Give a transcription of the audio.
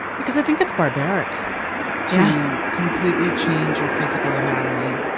because i think it's barbaric to completely change your physical anatomy.